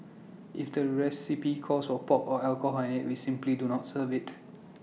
if the recipe calls all pork or alcohol in IT we simply do not serve IT